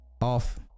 off